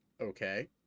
Okay